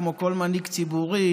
כמו כל מנהיג ציבורי,